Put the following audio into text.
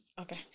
okay